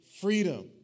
freedom